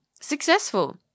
successful